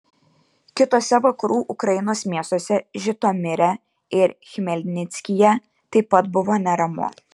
kituose vakarų ukrainos miestuose žitomire ir chmelnickyje taip pat buvo neramu